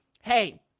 hey